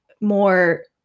more